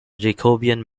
jacobean